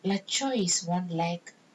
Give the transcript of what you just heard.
மச்சம்:macham is one like